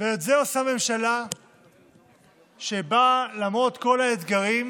ואת זה עושה ממשלה שבאה, למרות כל האתגרים,